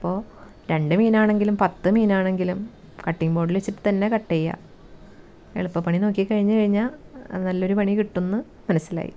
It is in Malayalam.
അപ്പോൾ രണ്ട് മീനാണെങ്കിലും പത്ത് മീനാണെങ്കിലും കട്ടിങ് ബോർഡിൽ വച്ചിട്ട് തന്നെ കട്ട് ചെയ്യുക എളുപ്പ പണി നോക്കി കഴിഞ്ഞ് കഴിഞ്ഞാൽ അത് നല്ലൊരു പണി കിട്ടുമെന്ന് മനസിലായി